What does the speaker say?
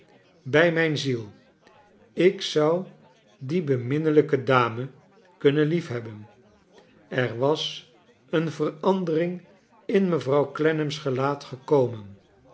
bij mijn ziel ik zou die beminnelijke dame kunnen liefhebben er was een verandering in mevrouw clennam's gelaat gekomen